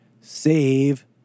save